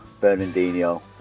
Bernardino